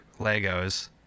Legos